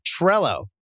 Trello